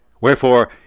Wherefore